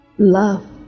Love